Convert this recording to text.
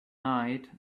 night